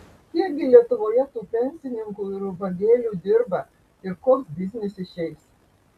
kiek gi lietuvoje tų pensininkų ir ubagėlių dirba ir koks biznis išeis